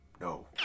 no